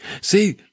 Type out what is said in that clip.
See